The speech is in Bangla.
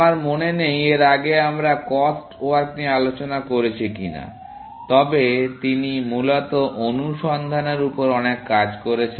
আমার মনে নেই এর আগে আমরা কস্ট ওয়ার্ক নিয়ে আলোচনা করেছি কি না তবে তিনি মূলত অনুসন্ধানের উপর অনেক কাজ করেছেন